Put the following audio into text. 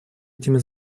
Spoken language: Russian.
этими